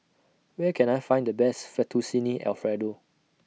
Where Can I Find The Best Fettuccine Alfredo